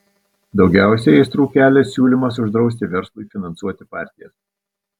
daugiausiai aistrų kelia siūlymas uždrausti verslui finansuoti partijas